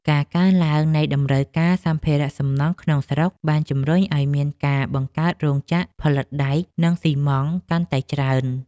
ការកើនឡើងនៃតម្រូវការសម្ភារសំណង់ក្នុងស្រុកបានជំរុញឱ្យមានការបង្កើតរោងចក្រផលិតដែក និងស៊ីម៉ងត៍កាន់តែច្រើន។